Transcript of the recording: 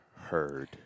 heard